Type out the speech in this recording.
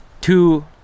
two